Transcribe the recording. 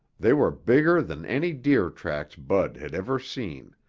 they were bigger than any deer tracks bud had ever seen,